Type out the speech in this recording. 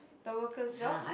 the worker's job